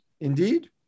Indeed